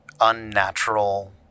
unnatural